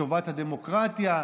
לטובת הדמוקרטיה,